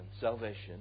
salvation